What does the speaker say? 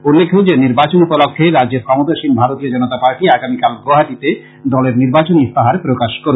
উল্লেখ্য যে নির্বাচন উপলক্ষ্যে রাজ্যের ক্ষমতাসীন ভারতীয় জনতা পার্টী আগামীকাল গৌহাটিতে দলের নির্বাচনী ইস্তাহার প্রকাশ করবে